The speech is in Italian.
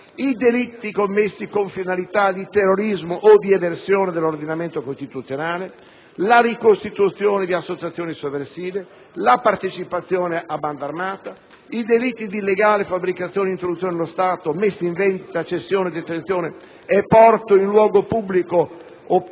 delitti commessi con finalità di terrorismo o di eversione dell'ordinamento costituzionale; ricostituzione di associazioni sovversive; partecipazione a banda armata; delitti di illegale fabbricazione, introduzione nello Stato, messa in vendita, cessione, detenzione e porto in luogo pubblico di